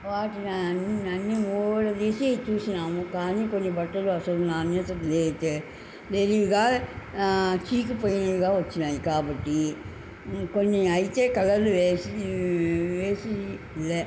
వాటిని అన్ని అన్ని ఊడదీసి తీసి చూసినాము కానీ కొన్ని బట్టలు అసలు నాణ్యత లేదు విరివిగా చీకు పోయినవిగా వచ్చినాయి కాబట్టి కొన్ని అయితే కలర్లు వేసి వేసి